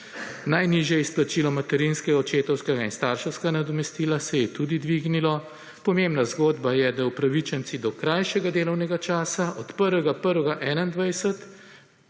Najnižje izplačilo materinskega, očetovskega in starševskega nadomestila se je tudi dvignilo. Pomembna zgodba je, da upravičenci do krajšega delovnega časa od 1. 1.